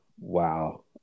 Wow